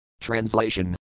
Translation